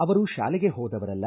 ಅವರು ಶಾಲೆಗೆ ಹೋದವರಲ್ಲ